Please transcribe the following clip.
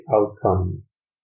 outcomes